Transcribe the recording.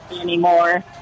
anymore